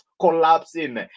collapsing